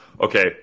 okay